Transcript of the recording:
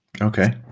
okay